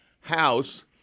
House